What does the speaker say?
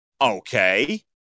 Okay